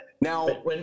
Now